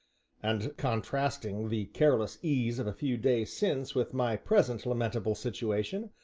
and, contrasting the careless ease of a few days since with my present lamentable situation,